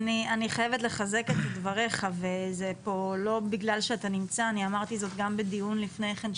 אני אמרתי זאת גם בדיון לפני כן,